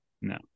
no